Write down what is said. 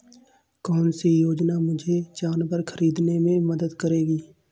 कौन सी योजना मुझे जानवर ख़रीदने में मदद करेगी?